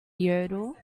yodel